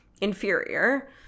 inferior